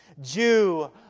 Jew